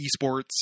eSports